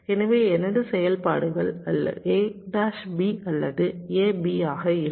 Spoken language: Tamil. எனவே எனது செயல்பாடுகள் அல்லது ஆக இருக்கும்